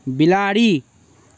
बिलाड़ि